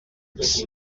dels